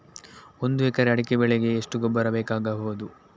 ಒಂದು ಎಕರೆ ಅಡಿಕೆ ಬೆಳೆಗೆ ಎಷ್ಟು ಗೊಬ್ಬರ ಬೇಕಾಗಬಹುದು?